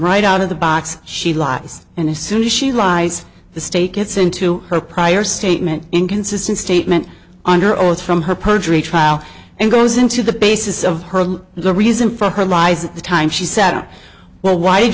right out of the box she lies and as soon as she lies the state gets into her prior statement inconsistent statement under oath from her perjury trial and goes into the basis of her the reason for her rise of the time she said well why did